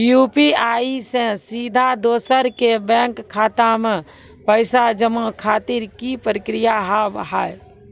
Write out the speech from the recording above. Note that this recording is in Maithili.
यु.पी.आई से सीधा दोसर के बैंक खाता मे पैसा जमा करे खातिर की प्रक्रिया हाव हाय?